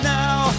now